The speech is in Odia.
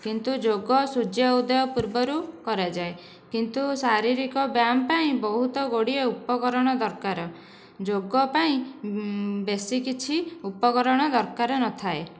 କିନ୍ତୁ ଯୋଗ ସୂର୍ଯ୍ୟ ଉଦୟ ପୂର୍ବରୁ କରାଯାଏ କିନ୍ତୁ ଶାରିରୀକ ବ୍ୟାୟାମ ପାଇଁ ବହୁତ ଗୁଡ଼ିଏ ଉପକରଣ ଦରକାର ଯୋଗ ପାଇଁ ବେଶି କିଛି ଉପକରଣ ଦରକାର ନଥାଏ